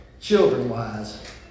children-wise